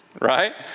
right